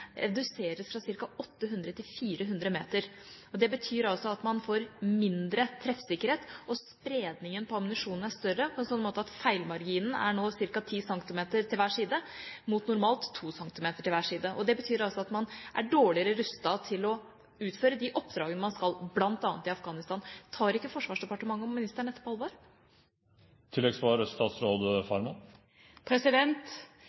reduseres fra ca. 800 til 400 meter. Det betyr at man får mindre treffsikkerhet, og spredningen på ammunisjonen er større, på en slik måte at feilmarginen nå er på ca. 10 cm til hver side, mot normalt 2 cm til hver side. Det betyr at man er dårligere rustet til å utføre de oppdragene man har, bl.a. i Afghanistan. Tar ikke Forsvarsdepartementet og ministeren dette på alvor?